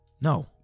No